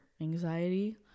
anxiety